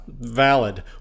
Valid